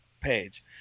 page